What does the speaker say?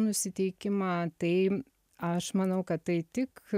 nusiteikimą tai aš manau kad tai tik